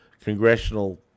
congressional